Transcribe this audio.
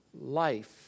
life